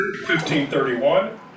1531